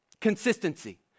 consistency